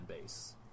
base